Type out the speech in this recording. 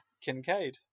Kincaid